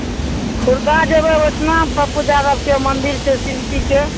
खुरदा जेबै एतना पप्पू जादबके मंदिर छै शिबजीके